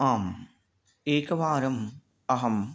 आम् एकवारम् अहम्